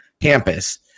Campus